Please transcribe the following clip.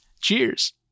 Cheers